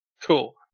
Cool